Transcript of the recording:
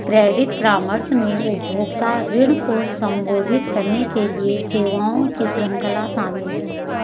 credit परामर्श में उपभोक्ता ऋण को संबोधित करने के लिए सेवाओं की श्रृंखला शामिल है